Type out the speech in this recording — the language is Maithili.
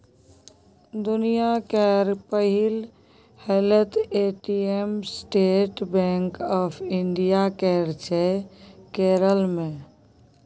दुनियाँ केर पहिल हेलैत ATM State Bank of India केर छै केरल मे